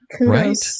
Right